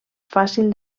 fàcil